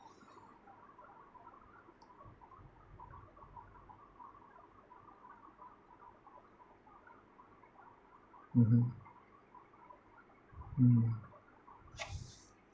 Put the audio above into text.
mmhmm mm